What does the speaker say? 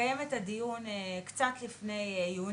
-- לקיים את הדיון קצת לפני יוני,